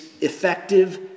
effective